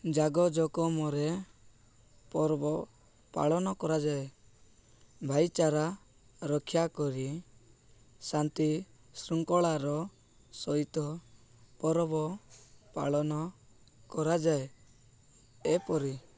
ଜାକଜମାରେ ପର୍ବ ପାଳନ କରାଯାଏ ଭାଇଚାରା ରକ୍ଷା କରି ଶାନ୍ତି ଶୃଙ୍ଖଳାର ସହିତ ପର୍ବ ପାଳନ କରାଯାଏ ଏପରି